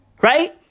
Right